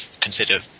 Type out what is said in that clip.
consider